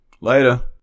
Later